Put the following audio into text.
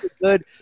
good